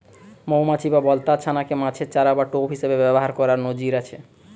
মউমাছি বা বলতার ছানা কে মাছের চারা বা টোপ হিসাবে ব্যাভার কোরার নজির আছে